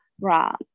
right